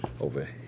over